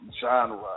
genre